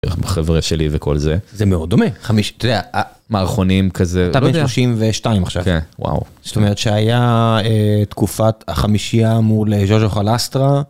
חברה שלי וכל זה זה מאוד דומה חמישה מערכונים כזה 32 עכשיו וואו זאת אומרת שהיה תקופת חמישיה מול ז׳וז׳ו חלסטרה.